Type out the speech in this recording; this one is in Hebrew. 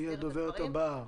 היא הדוברת הבאה.